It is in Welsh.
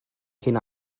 cyn